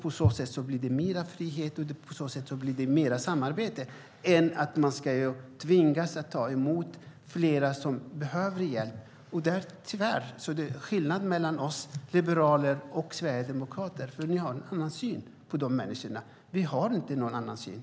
På så sätt blir det mer frihet, och på så sätt blir det mer samarbete än genom att man tvingas ta emot flera som behöver hjälp. Skillnaden mellan oss liberaler och er sverigedemokrater är att ni har en annan syn på de människorna medan vi inte har någon annan syn.